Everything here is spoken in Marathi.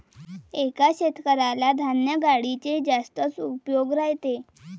एका शेतकऱ्याला धान्य गाडीचे जास्तच उपयोग राहते